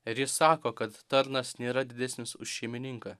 ir jis sako kad tarnas nėra didesnis už šeimininką